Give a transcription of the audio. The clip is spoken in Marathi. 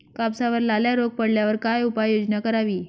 कापसावर लाल्या रोग पडल्यावर काय उपाययोजना करावी?